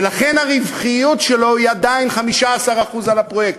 ולכן הרווחיות שלו היא עדיין 15% על הפרויקט.